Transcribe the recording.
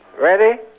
ready